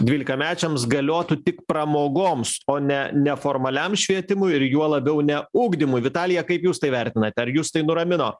dvylikamečiams galiotų tik pramogoms o ne neformaliam švietimui ir juo labiau ne ugdymui vitalija kaip jūs tai vertinate ar jus tai nuramino